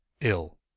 ill